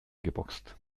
geboxt